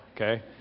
Okay